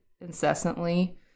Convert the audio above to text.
incessantly